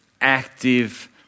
active